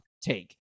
take